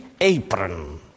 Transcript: apron